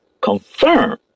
confirm